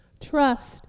Trust